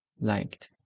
liked